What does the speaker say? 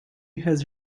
has